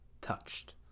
touched